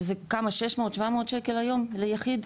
שזה 600-700 שקל היום ליחיד?